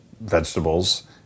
vegetables